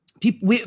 People